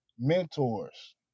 mentors